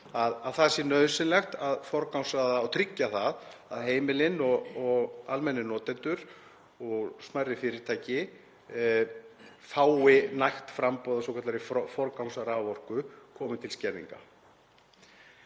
að það sé nauðsynlegt að forgangsraða og tryggja það að heimilin og almennir notendur og smærri fyrirtæki fái nægt framboð af svokallaðri forgangsraforku komi til skerðinga.